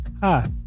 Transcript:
Hi